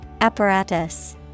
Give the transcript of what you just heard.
Apparatus